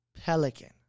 pelican